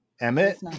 Emmett